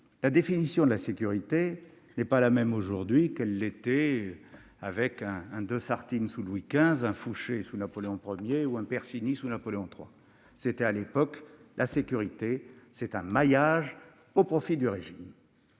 La définition de la sécurité n'est pas la même aujourd'hui que celle qui prévalait avec un Sartine sous Louis XV, un Fouché sous Napoléon Iou un Persigny sous Napoléon III. À l'époque, la sécurité relevait d'un maillage au profit du régime.